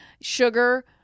sugar